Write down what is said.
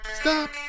Stop